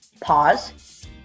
pause